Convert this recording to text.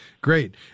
great